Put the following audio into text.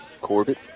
Corbett